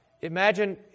imagine